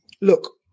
Look